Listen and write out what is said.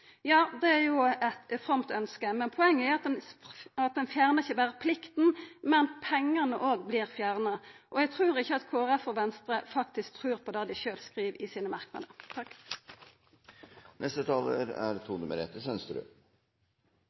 Ja, det er eit fromt ønske. Poenget er at ein ikkje berre fjernar plikta, men òg pengane vert fjerna. Eg trur ikkje at Kristeleg Folkeparti og Venstre faktisk trur på det dei sjølve skriv i sine eigne merknader.